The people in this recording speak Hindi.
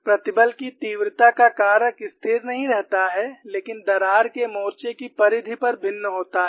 प्रतिबल की तीव्रता का कारक स्थिर नहीं रहता है लेकिन दरार के मोर्चे की परिधि पर भिन्न होता है